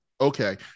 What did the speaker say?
Okay